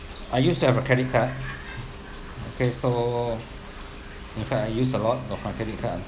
I used to have a credit card okay so in fact I use a lot of my credit card